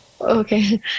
okay